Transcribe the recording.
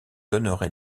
donnerai